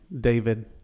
David